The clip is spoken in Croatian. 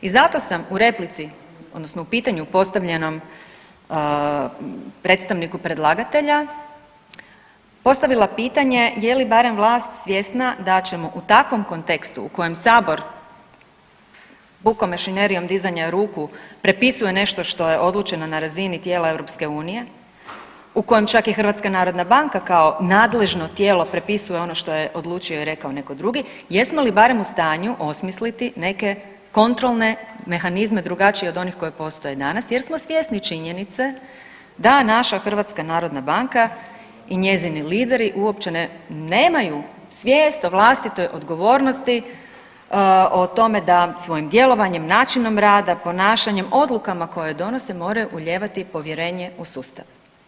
I zato sam u replici, odnosno u pitanju postavljenom predstavniku predlagatelja postavila pitanje je li barem vlast svjesna da ćemo u takvom kontekstu u kojem Sabor pukom mašinerijom dizanjem ruku prepisuje nešto što je odlučeno na razini tijela EU u kojem čak i Hrvatska narodna banka kao nadležno tijelo prepisuje ono što je odlučio i rekao netko drugi jesmo li barem u stanju osmisliti neke kontrolne mehanizme drugačije od onih koji postoje danas, jer smo svjesni činjenice da naša Hrvatska narodna banka i njezini lideri uopće nemaju svijest o vlastitoj odgovornosti, o tome da svojim djelovanjem, načinom rada, ponašanjem, odlukama koje donose moraju ulijevati povjerenje u sustav.